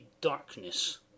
darkness